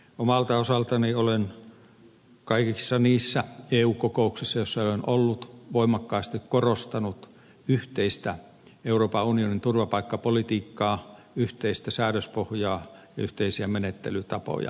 omalta osaltani olen kaikissa niissä eu kokouksissa joissa olen ollut voimakkaasti korostanut yhteistä euroopan unionin turvapaikkapolitiikkaa yhteistä säädöspohjaa ja yhteisiä menettelytapoja